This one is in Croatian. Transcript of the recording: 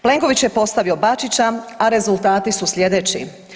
Plenković je postavio Bačića, a rezultati su slijedeći.